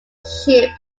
ship